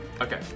Okay